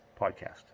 Podcast